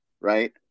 right